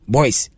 Boys